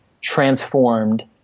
transformed